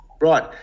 Right